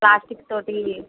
ప్లాస్టిక్తోటి